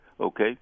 Okay